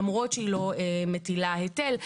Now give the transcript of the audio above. למרות שהיא לא מטילה היטל,